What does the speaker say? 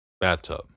bathtub